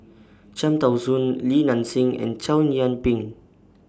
Cham Tao Soon Li Nanxing and Chow Yian Ping